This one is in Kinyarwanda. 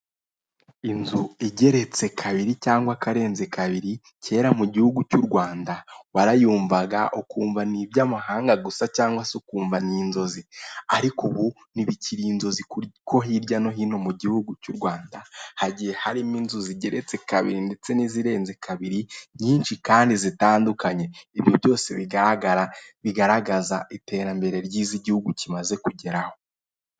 Inzu igeretse kabiri cyangwa akarenze kabiri kera mu gihugu cy'u Rwanda warayumvaga ukumva ni iby'amahanga gusa cyangwa se ukumva ni inzozi ariko ubu ntibikiri inzozi kuko hirya no hino mu gihugu cy'u Rwanda hagiye harimo inzu zigeretse kabiri ndetse n'izirenze kabiri nyinshi kandi zitandukanye ibyo byose bigaragaza iterambere ry'igihugu kimaze kugeraho .